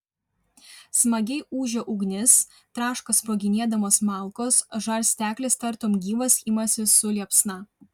smagiai ūžia ugnis traška sproginėdamos malkos žarsteklis tartum gyvas imasi su liepsna